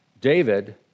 David